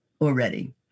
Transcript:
already